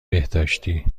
بهداشتی